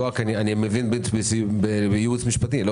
אני מבין שמדובר בייעוץ משפטי.